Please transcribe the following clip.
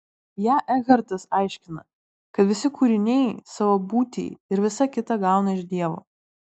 ją ekhartas aiškina kad visi kūriniai savo būtį ir visa kita gauna iš dievo